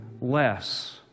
less